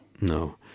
No